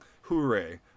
Hooray